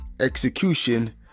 Execution